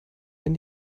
wenn